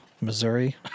Missouri